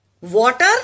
Water